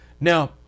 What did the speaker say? Now